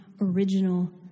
original